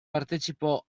partecipò